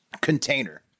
container